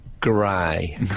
grey